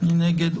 מי נגד?